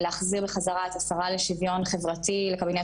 להחזיר בחזרה את השרה לשוויון חברתי לקבינט